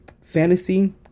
fantasy